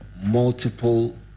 multiple